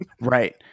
right